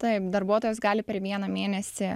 taip darbuotojas gali per vieną mėnesį